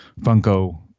Funko